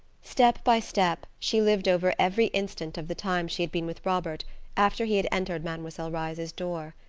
step by step she lived over every instant of the time she had been with robert after he had entered mademoiselle reisz's door.